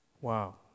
Wow